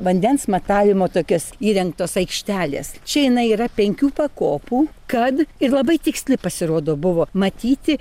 vandens matavimo tokios įrengtos aikštelės čia jinai yra penkių pakopų kad ir labai tiksliai pasirodo buvo matyti